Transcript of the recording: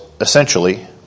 essentially